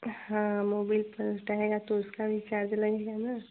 हाँ मोबिल पलटाएगा तो उसका भी चार्ज लगेगा न